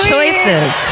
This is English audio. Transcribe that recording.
Choices